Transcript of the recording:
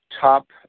Top